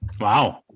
Wow